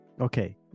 Okay